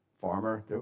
farmer